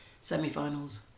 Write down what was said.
semi-finals